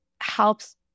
helps